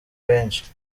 benshi